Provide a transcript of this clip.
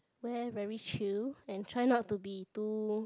wear very chill and try not to be too